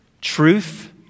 truth